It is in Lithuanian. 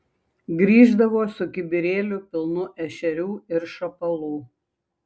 grįždavo su kibirėliu pilnu ešerių ir šapalų